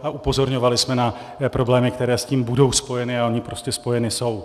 A upozorňovali jsme na problémy, které s tím budou spojeny, a ony prostě spojeny jsou.